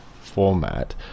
format